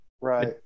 Right